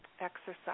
exercise